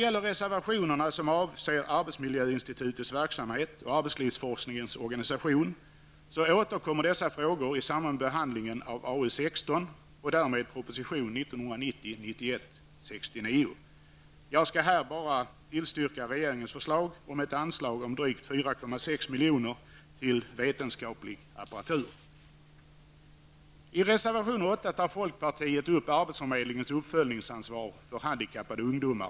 Frågorna om arbetsmiljöinstitutets verksamhet och arbetslivsforskningens organisation, som tas upp i reservationer till betänkandet, återkommer i samband med behandlingen av arbetsmarknadsutskottets betänkande nr 16 och därmed av proposition 1990/91:69. Jag tillstyrker nu bara regeringens förslag om ett anslag på drygt 4,6 miljoner för inköp av vetenskaplig apparatur. I reservation 8 tar folkpartiet upp arbetsförmedlingens uppföljningsansvar för handikappade ungdomar.